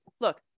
look